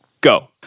Go